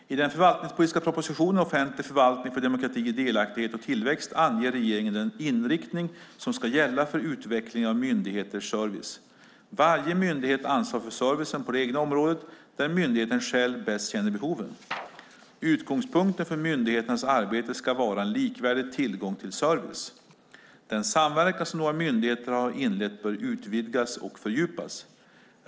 I den förvaltningspolitiska propositionen Offentlig förvaltning för demokrati, delaktighet och tillväxt anger regeringen den inriktning som ska gälla för utvecklingen av myndigheternas service. Varje myndighet ansvarar för servicen på det egna området där myndigheten själv bäst känner behoven. Utgångspunkten för myndigheternas arbete ska vara en likvärdig tillgång till service. Den samverkan som några myndigheter har inlett bör utvidgas och fördjupas.